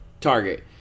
target